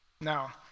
Now